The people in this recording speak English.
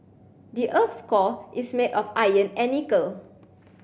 the earth's core is made of iron and nickel